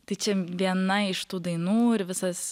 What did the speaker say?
tai čia viena iš tų dainų ir visas